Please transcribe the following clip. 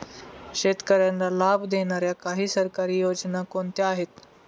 शेतकऱ्यांना लाभ देणाऱ्या काही सरकारी योजना कोणत्या आहेत?